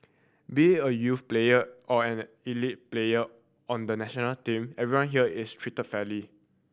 be a youth player or an elite player on the national team everyone here is treated fairly